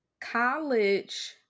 college